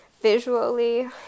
visually